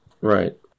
Right